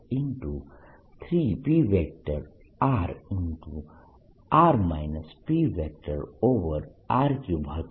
r r pr3 હતું